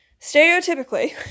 stereotypically